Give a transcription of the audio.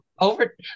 over